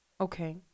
Okay